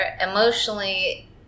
Emotionally